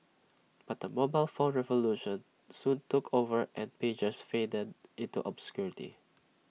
but the mobile phone revolution soon took over and pagers faded into obscurity